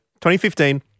2015